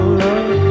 love